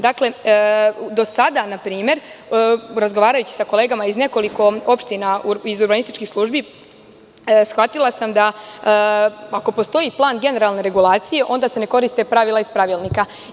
Do sada sam shvatila, razgovarajući sa kolegama iz nekoliko opština iz urbanističkih službi, da ako postoji plan generalne regulacije, onda se ne koriste pravila iz pravilnika.